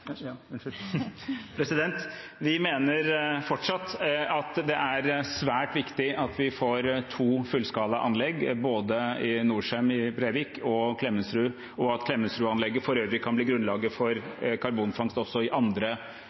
fortsatt det er svært viktig at vi får to fullskala anlegg, både Norcem i Brevik og Klemetsrud, og at Klemetsrud-anlegget for øvrig kan bli grunnlaget for karbonfangst også ved andre